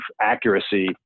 accuracy